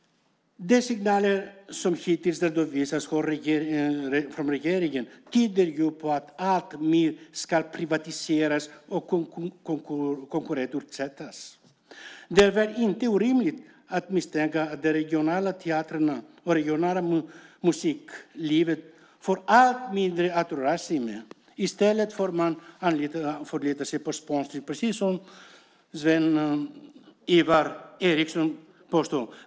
De signaler som hittills har redovisats från regeringen tyder på att alltmer ska privatiseras och konkurrensutsättas. Det är inte orimligt att misstänka att de regionala teatrarna och det regionala musiklivet får allt mindre att röra sig med. I stället får man förlita sig på sponsring, precis som Lars-Ivar Ericson säger.